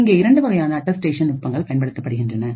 இங்கே இரண்டு வகையான அட்டஸ்டேஷன் நுட்பங்கள் பயன்படுத்தப்படுகின்றன